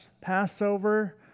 Passover